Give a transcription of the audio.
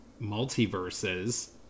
multiverses